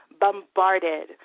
bombarded